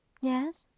Yes